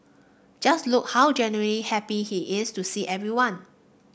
just look how genuinely happy he is to see everyone